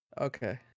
Okay